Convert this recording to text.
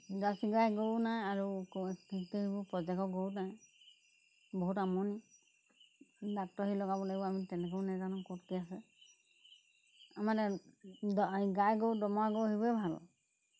jersey গাই গৰুও নাই আৰু কি সেইবোৰ প্ৰজেক্টৰ গৰুও নাই বহুত আমনি ডাক্তৰ সেই লগাব লাগিব আমি তেনেকৈও নেজানো ক'ত কি আছে আমাৰ এতিয়া এই গাই গৰু দমৰা গৰু সেইবোৰেই ভাল আৰু